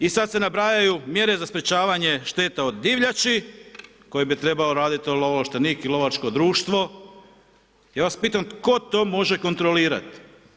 I sad se nabrajaju mjere za sprečavanje šteta od divljači koje bi trebao raditi lovo ovlaštenik i lovačko društvo, ja vas pitam tko to može kontrolirat?